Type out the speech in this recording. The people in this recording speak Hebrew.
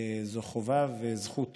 זו חובה וזכות